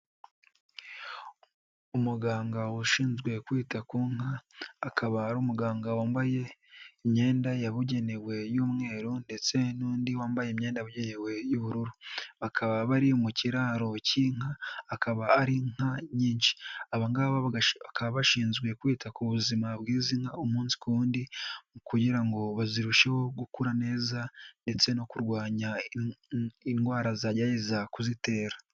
Umuganga ushinzwe kwita ku nka akaba ari umuganga wambaye imyenda yabugenewe y'umweru ndetse n'undi wambaye imyenda yabugenewe y'ubururu, bakaba bari mu kiraro k'inka akaba ari inka nyinshi, aba ngaba bakaba bashinzwe kwita ku buzima bw'izi nka umunsi ku wundi kugira ngo zirusheho gukura neza ndetse no kurwanya indwara zagerageza kuzitera.